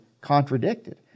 contradicted